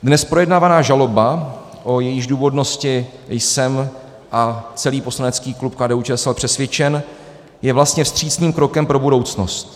Dnes projednávaná žaloba, o jejíž důvodnosti jsem a celý poslanecký klub KDUČSL přesvědčen, je vlastně vstřícným krokem pro budoucnost.